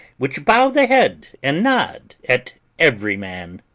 which bow the head and nod at every man.